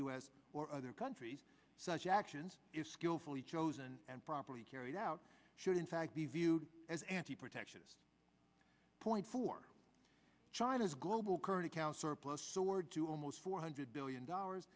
s or other countries such actions is skillfully chosen and properly carried out should in fact be viewed as anti protectionist point for china's global current account surplus soared to almost four hundred billion dollars